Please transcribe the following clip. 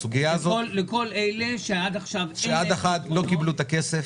לכל אלה שעד עכשיו לא קיבלו את הכסף,